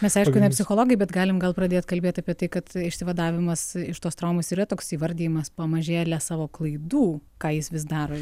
mes aišku ne psichologai bet galim gal pradėt kalbėt apie tai kad išsivadavimas iš tos traumos yra toks įvardijimas pamažėle savo klaidų ką jis vis daro